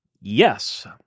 Yes